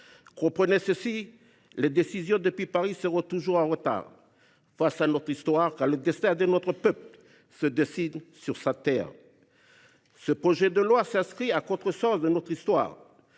Comprenez ceci : les décisions depuis Paris seront toujours en retard face à notre histoire, car le destin de notre peuple se dessine sur sa terre. Ce projet de loi s’inscrit à contresens de notre histoire.